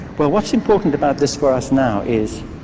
well what's important about this for us now is,